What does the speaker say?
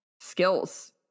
skills